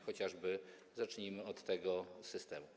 Chociażby zacznijmy od tego systemu.